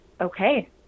okay